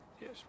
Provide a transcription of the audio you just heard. Yes